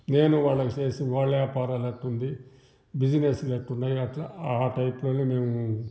నేనూ వాళ్లకి చేసి వాళ్ళ ఏపారాలు ఎట్టుంది బిసినెస్లు ఎట్టున్నాయ్ అట్లా ఆ టైప్లోనే మేము